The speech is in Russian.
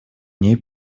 ней